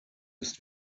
ist